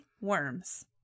worms